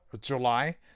July